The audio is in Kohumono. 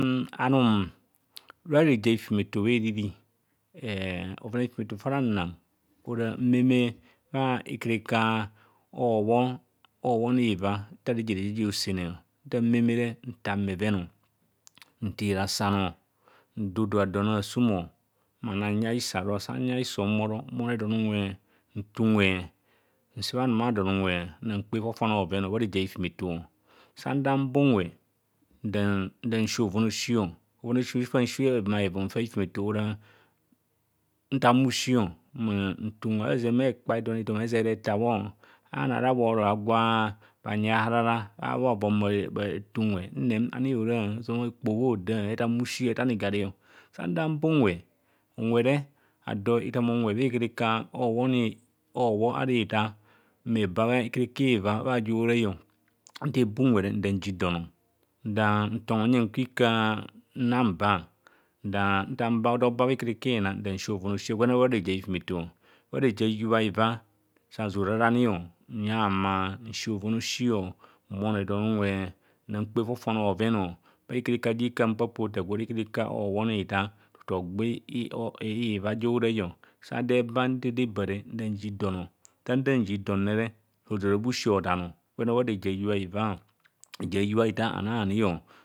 Anum bha rete a hifinume to. bha eriri bhoven a. Hifumeto fa nanang ora. Mmeme bhaa ikarika obho. Obhoneva nta reje rejaja hosene nta meme re ntang rhevend, nthi rasano ndooda don asumo mma nanyaiso ara. Sanya iso bhoro mmonne don unwe nte unwe nkebha anwma don unwe nnankpe fofone bhoven bha reje a hifumeto sanda mba unwo sa nda. Nsi bhoven aisi. Bhoven aosi. Fa insi bha hevumavum fa hifumeto ora. ethan bhusi ma nte unwe azezan bha hekpa edom ethoma ezere ethabho, ara bhano ara bhoro bhagwa bhanyi a harara ba bha vobhavob ma atee. Unwe nnem ani hora, ozama okpoho aghoda ethan busi, ethan. Igari. Nsanda ba. Unwe unwe re ado ethama unme bha ikarika obhone utaar mabe bha ikanka liva ja horai o. ba unwe re nda nji dono. Nda ntongo huyang kwe nang m ba nda mba bha ikaakka ina nda nsi oven aosi gwene ora bha reje a hifumeta bha reje a hiyubha hiva. reje hiyubha hitaar ananio.